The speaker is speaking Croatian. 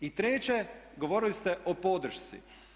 I treće, govorili ste o podršci.